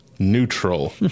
Neutral